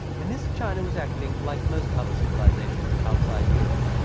in this, china was acting like most other civilisations outside europe.